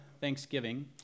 Thanksgiving